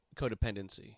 codependency